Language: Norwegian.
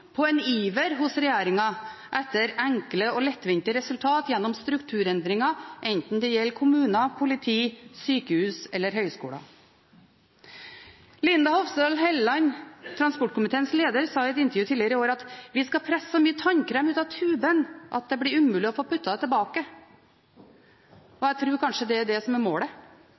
på en iver hos regjeringen etter enkle og lettvinte resultater gjennom strukturendringer, enten det gjelder kommuner, politi, sykehus eller høyskoler. Linda C. Hofstad Helleland, transportkomiteens leder, sa i et intervju tidligere i år følgende: Vi skal presse så mye tannkrem ut av tuben at det blir umulig å få puttet det tilbake. Jeg tror kanskje at det er målet.